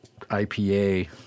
IPA